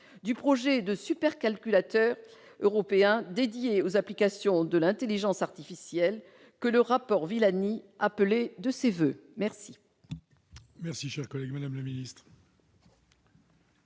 du projet de supercalculateur européen dédié aux applications de l'intelligence artificielle, que le rapport Villani appelait de ses voeux ?